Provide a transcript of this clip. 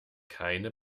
keine